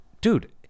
Dude